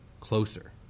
closer